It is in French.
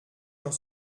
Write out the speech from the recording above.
dans